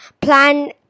plan